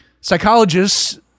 Psychologists